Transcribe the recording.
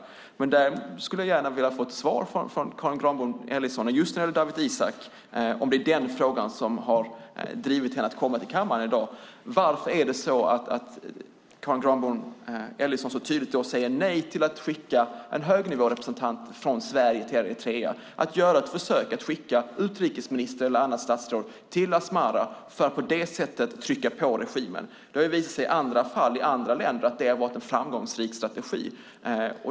Om det är Dawit Isaac-frågan som drivit Karin Granbom Ellison att i dag komma till kammaren skulle jag gärna vilja ha ett svar på följande fråga: Varför säger Karin Granbom Ellison så tydligt nej till att skicka en högnivårepresentant från Sverige, till Eritrea, till att göra ett försök att skicka utrikesministern eller något annat statsråd till Asmara för att på det sättet trycka på regimen där? I andra fall i andra länder har sådant visat sig vara en framgångsrik strategi.